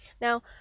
Now